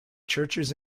churches